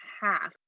half